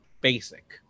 basic